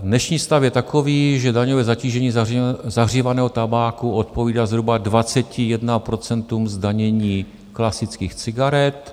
Dnešní stav je takový, že daňové zatížení zahřívaného tabáku odpovídá zhruba 21 % zdanění klasických cigaret.